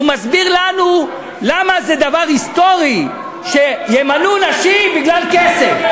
מסביר לנו למה זה דבר היסטורי שימנו נשים בגלל כסף.